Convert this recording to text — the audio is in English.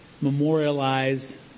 memorialize